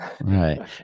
Right